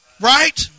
Right